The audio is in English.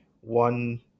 one